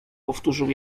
powtórzył